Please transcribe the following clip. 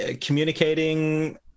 communicating